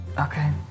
Okay